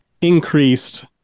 increased